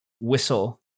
whistle